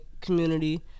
community